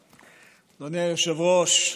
היושב-ראש,